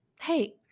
hey